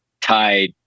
tied